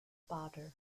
bader